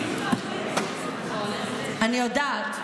אני יודעת.